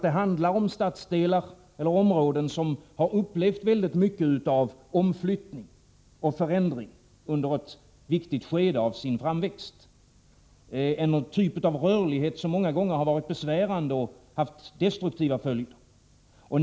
Det handlar om stadsdelar eller områden som har upplevt mycket av omflyttning och förändring under ett viktigt skede av sin framväxt, en typ av rörlighet som många gånger har varit besvärande och som har haft destruktiva följder.